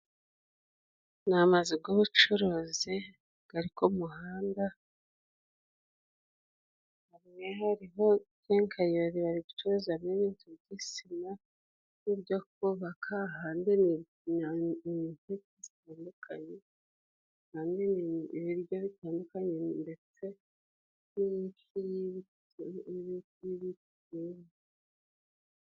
Ni amazu y'ubucuruzi ari ku muhanda hamwe hariho kenkayori bari gucuruza ibintu bya sima nibyo kubaka, ahandi ni izitandukanye hamwe ibiryo bitandukanye ndetse n'imiti y'ibibe bibimo.